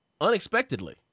unexpectedly